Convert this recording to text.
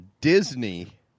Disney